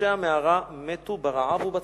ואנשי המערה מתו ברעב ובצמא,